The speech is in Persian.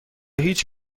هیچ